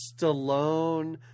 Stallone